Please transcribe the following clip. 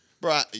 Bro